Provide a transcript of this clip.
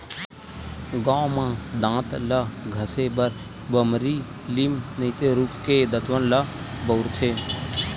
गाँव म दांत ल घसे बर बमरी, लीम नइते रूख के दतवन ल बउरथे